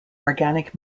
organic